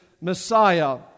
Messiah